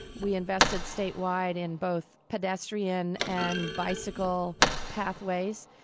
we invested statewide in both pedestrian and bicycle pathways.